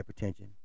hypertension